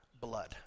blood